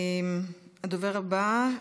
הדובר הבא,